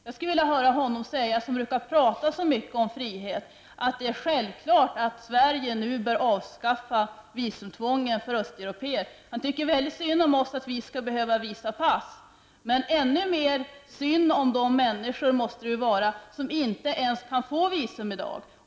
Jag skulle vilja höra honom, som brukar prata så mycket om frihet, säga att det är självklart att Sverige nu skall avskaffa visumtvånget för östeuropéer. Carl Bildt tycker väldigt synd om oss för att vi behöver visa pass, men det måste ju vara ännu mer synd om de människor som i dag inte ens kan få visum.